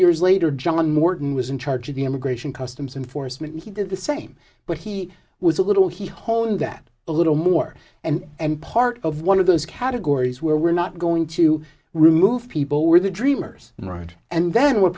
years later john morton was in charge of the immigration customs enforcement he did the same but he was a little he honed that a little more and and part of one of those categories where we're not going to remove people we're the dreamers and right and then what